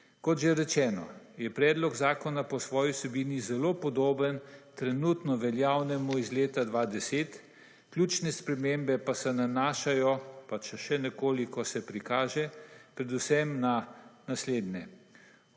Kot že rečeno, je Predlog zakona po svoji vsebini zelo podoben trenutno veljavnemu iz leta 2010, ključne spremembe pa se nanašajo, pa če še nekoliko se prikaže, predvsem na naslednje: